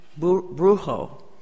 brujo